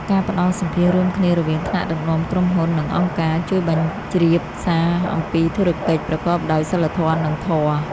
ការផ្ដល់សម្ភាសន៍រួមគ្នារវាងថ្នាក់ដឹកនាំក្រុមហ៊ុន និងអង្គការ ជួយបញ្ជ្រាបសារអំពីធុរកិច្ចប្រកបដោយសីលធម៌ និងធម៌។